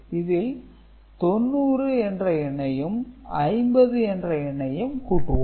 இதில் 90 என்ற எண்ணையும் 50 என்ற எண்ணையும் கூட்டுவோம்